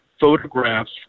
photographs